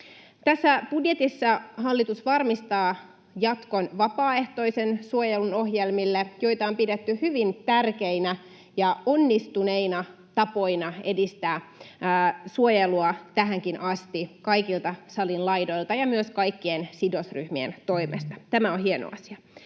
Tässä budjetissa hallitus varmistaa jatkon vapaaehtoisen suojelun ohjelmille, joita on pidetty hyvin tärkeinä ja onnistuneina tapoina edistää suojelua tähänkin asti kaikilta salin laidoilta ja myös kaikkien sidosryhmien toimesta. Tämä on hieno asia.